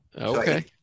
okay